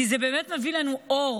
כי זה באמת מביא לנו אור,